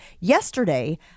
yesterday